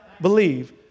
believe